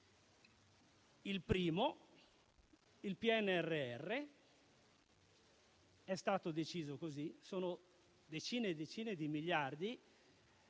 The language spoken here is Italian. Il primo è il PNRR: è stato deciso così, sono decine e decine di miliardi